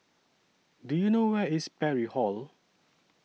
Do YOU know Where IS Parry Hall